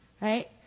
right